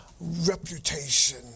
Reputation